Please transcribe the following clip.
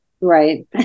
Right